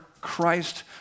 Christ